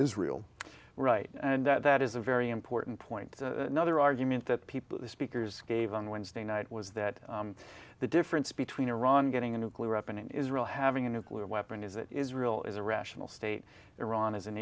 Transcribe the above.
israel right now and that is a very important point to another argument that people speakers gave on wednesday night was that the difference between iran getting a nuclear weapon and israel having a nuclear weapon is that israel is a rational state iran is an